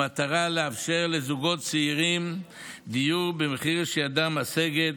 במטרה לאפשר לזוגות צעירים דיור במחיר שידם משגת,